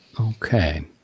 Okay